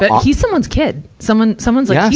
but he's someone's kid. someone, someone's like he's,